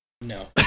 No